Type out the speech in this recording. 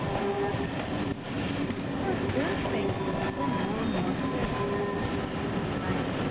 another sound at first very faintly then more and more clearly clink-clank!